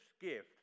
gift